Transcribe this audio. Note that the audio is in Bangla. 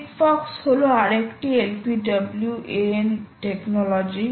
SigFox হল আর একটি LPWAN টেকনোলজি